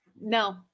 No